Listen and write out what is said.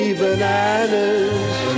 bananas